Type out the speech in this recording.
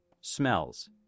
smells